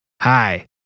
Hi